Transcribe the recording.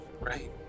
Right